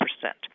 percent